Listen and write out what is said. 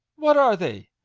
what are they?